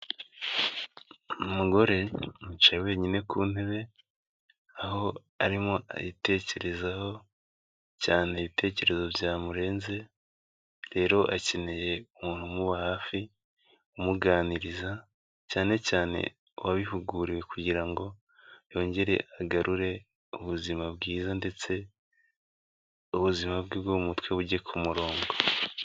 Umugore yicaye wenyine ku ntebe, aho arimo yitekerezaho cyane ibitekerezo byamurenze, rero akeneye umuntu umuba hafi, umuganiriza cyane cyane wabihuguriwe kugira ngo yongere agarure ubuzima bwiza ndetse ubuzima bwe bwo mu mutwe bujye ku murongo.